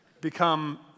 become